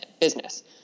business